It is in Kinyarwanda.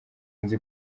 nzu